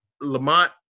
Lamont